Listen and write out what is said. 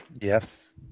Yes